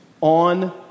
on